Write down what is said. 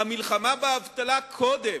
המלחמה באבטלה קודם,